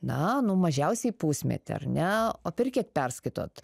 na nu mažiausiai pusmetį ar ne o per kiek perskaitot